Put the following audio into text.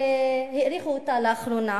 והאריכו אותה לאחרונה